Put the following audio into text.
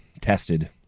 tested